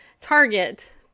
Target